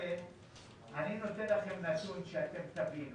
אני נותן לכם נתון שתבינו.